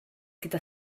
gyda